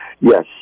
Yes